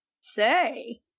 Say